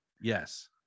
yes